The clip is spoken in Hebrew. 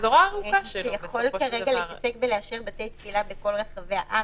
הוא יכול כרגע להתעסק באישור בתי תפילה בכל רחבי הארץ.